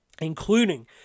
Including